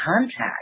contact